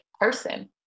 person